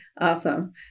Awesome